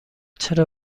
چرا